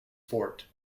fort